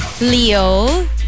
Leo